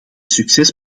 succes